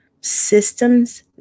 systems